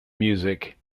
music